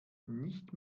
nicht